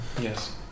Yes